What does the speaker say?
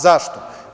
Zašto?